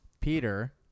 Peter